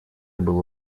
было